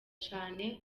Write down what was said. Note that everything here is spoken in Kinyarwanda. cane